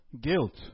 Guilt